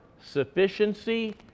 sufficiency